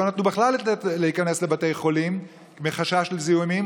לא נתנו בכלל להיכנס לבתי חולים מחשש לזיהומים,